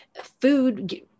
food